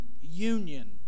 union